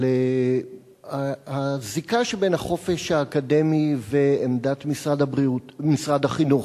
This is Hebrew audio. על הזיקה שבין החופש האקדמי ועמדת משרד החינוך.